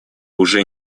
уже